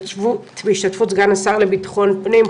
בהשתתפות סגן השר לביטחון הפנים,